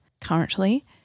currently